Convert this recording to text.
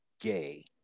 gay